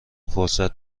فرصت